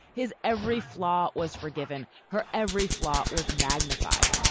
his every flaw was forgiven. her every flaw was magnified.